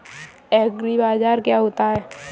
एग्रीबाजार क्या होता है?